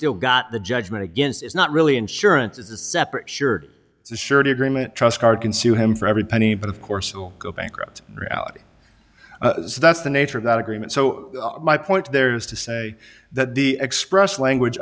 still got the judgment against it's not really insurance it's a separate sure it's a surety agreement trusts are consumed him for every penny but of course will go bankrupt reality that's the nature of that agreement so my point there is to say that the express language